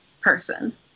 person